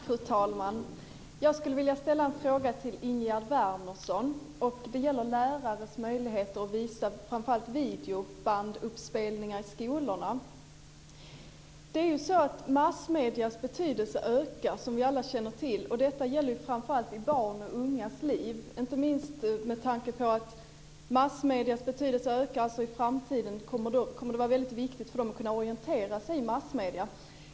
Fru talman! Jag skulle vilja ställa en fråga till Ingegerd Wärnersson. Den gäller lärares möjligheter att visa videobanduppspelningar i skolorna. Som vi alla känner till ökar massmediernas betydelse. Detta gäller framför allt i barns och ungas liv. Inte minst med tanke på att massmediernas betydelse ökar i framtiden kommer det att vara väldigt viktigt för dem att kunna orientera sig i massmedierna.